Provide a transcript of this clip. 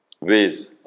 ways